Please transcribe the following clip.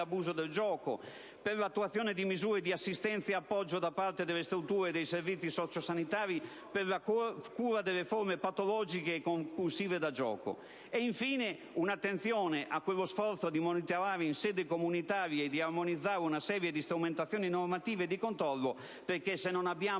abuso del gioco, per l'attuazione di misure di assistenza e appoggio da parte delle strutture e dei servizi socio-sanitari, per la cura delle forme patologiche e compulsive di dipendenza dal gioco. Chiediamo ancora che sia data attenzione allo sforzo di monitorare in sede comunitaria e di armonizzare una serie di strumentazioni normative di controllo, perché se non si